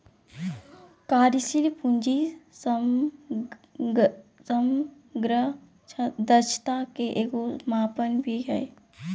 कार्यशील पूंजी समग्र दक्षता के एगो मापन भी हइ